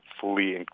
fully